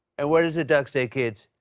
and what does the duck say, kids?